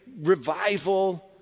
revival